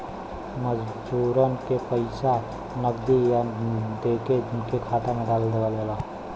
मजूरन के पइसा नगदी ना देके उनके खाता में डाल देवल जाला